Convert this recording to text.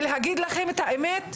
ולהגיד לכם את האמת,